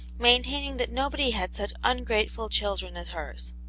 maintaining that nobody had such un grateful children as hers.